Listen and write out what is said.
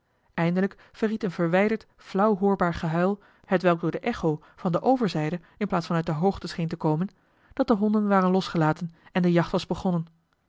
verried een verwijderd flauw hoorbaar gehuil hetwelk door de echo van de overzijde in plaats van uit de hoogte scheen te komen dat de honden waren losgelaten en de jacht was begonnen